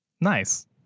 Nice